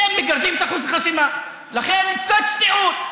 אתם מגרדים את אחוז החסימה, לכן, קצת צניעות.